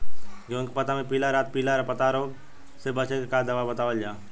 गेहूँ के पता मे पिला रातपिला पतारोग से बचें के दवा बतावल जाव?